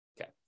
Okay